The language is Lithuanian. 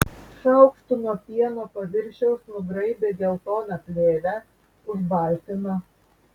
šaukštu nuo pieno paviršiaus nugraibė geltoną plėvę užbaltino